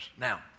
Now